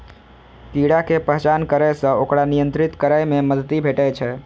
कीड़ा के पहचान करै सं ओकरा नियंत्रित करै मे मदति भेटै छै